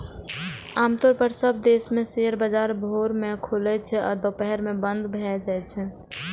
आम तौर पर सब देश मे शेयर बाजार भोर मे खुलै छै आ दुपहर मे बंद भए जाइ छै